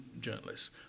journalists